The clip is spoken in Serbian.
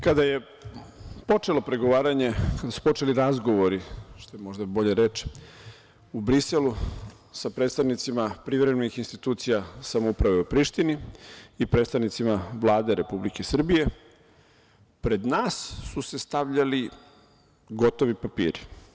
Kada je počelo pregovaranje, kada su počeli razgovori, što je možda bolja reč, u Briselu sa predstavnicima privremenih institucija samouprave u prištini i predstavnicima Vlade Republike Srbije, pred nas su se stavljali gotovi papiri.